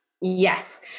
Yes